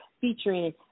featuring